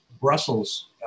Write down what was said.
Brussels